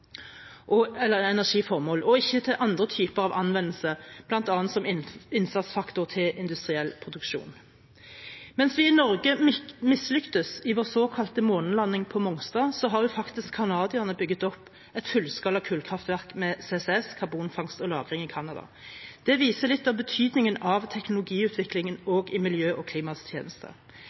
energiformål, og ikke til andre typer av anvendelse, bl.a. som innsatsfaktor til industriell produksjon. Mens vi i Norge mislyktes i vår såkalte månelanding på Mongstad, har faktisk canadierne bygget opp et fullskala kullkraftverk med CCS, karbonfangst og -lagring, i Canada. Det viser litt av betydningen av teknologiutviklingen